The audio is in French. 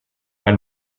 pas